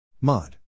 Mod